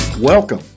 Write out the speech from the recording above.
Welcome